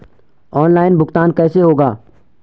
Online भुगतान कैसे होगा?